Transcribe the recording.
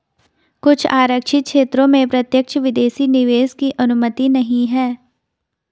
कुछ आरक्षित क्षेत्रों में प्रत्यक्ष विदेशी निवेश की अनुमति नहीं है